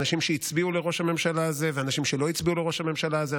אנשים שהצביעו לראש הממשלה הזה ואנשים שלא הצביעו לראש הממשלה הזה,